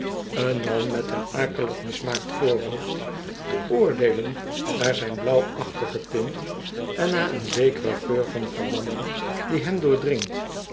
een man met een akelig mismaakt voorhoofd te oordeelen naar zijn blauwachtige tint en naar een zekeren geur van verlamming die hem doordringt